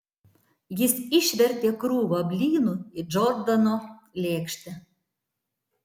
jis išvertė krūvą blynų į džordano lėkštę